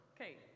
okay